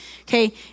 okay